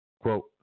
quote